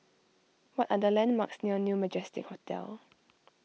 what are the landmarks near New Majestic Hotel